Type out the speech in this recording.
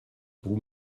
vous